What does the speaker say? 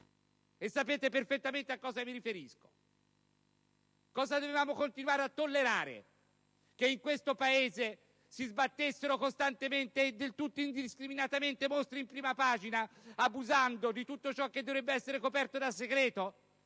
e sapete perfettamente a cosa mi riferisco! Dovevamo forse continuare a tollerare che in questo Paese si sbattessero costantemente e del tutto indiscriminatamente mostri in prima pagina, abusando di tutto ciò che dovrebbe essere coperto da segreto?